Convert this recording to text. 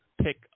pick